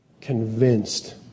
convinced